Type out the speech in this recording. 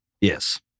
Yes